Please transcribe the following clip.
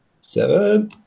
Seven